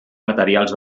materials